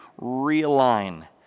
realign